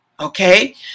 Okay